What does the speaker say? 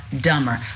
dumber